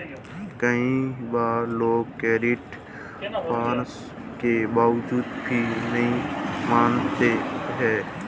कई बार लोग क्रेडिट परामर्श के बावजूद भी नहीं मानते हैं